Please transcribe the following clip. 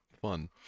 fun